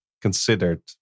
considered